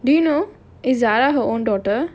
do you know is zara her own daughter